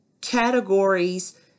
categories